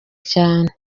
cyane